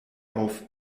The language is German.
auf